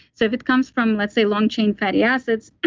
so if it comes from, let's say, long chain fatty acids,